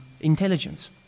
intelligence